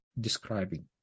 describing